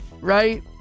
right